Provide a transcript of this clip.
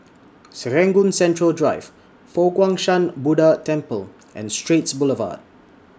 Serangoon Central Drive Fo Guang Shan Buddha Temple and Straits Boulevard